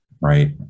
right